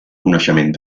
coneixement